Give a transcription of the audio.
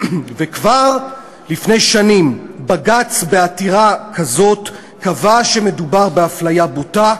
וכבר לפני שנים בג"ץ בעתירה כזאת קבע שמדובר באפליה בוטה,